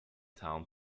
town